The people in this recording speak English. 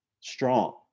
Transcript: strong